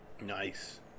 nice